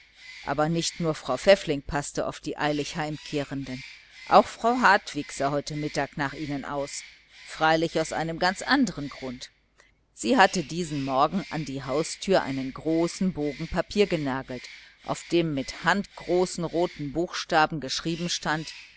aber nicht nur frau pfäffling paßte auf die eilig heimkehrenden auch frau hartwig sah heute mittag nach ihnen aus freilich aus einem ganz andern grund sie hatte diesen morgen an die haustüre einen großen bogen papier genagelt auf dem mit handgroßen roten buchstaben geschrieben stand